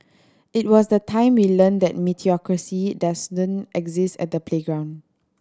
it was the time we learnt that meritocracy doesn't exist at the playground